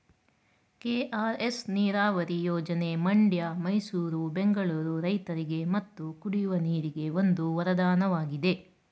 KRS ನೀರವರಿ ಯೋಜನೆ ಮಂಡ್ಯ ಮೈಸೂರು ಬೆಂಗಳೂರು ರೈತರಿಗೆ ಮತ್ತು ಕುಡಿಯುವ ನೀರಿಗೆ ಒಂದು ವರದಾನವಾಗಿದೆ